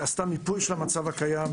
הוועדה עשתה מיפוי של המצב הקיים,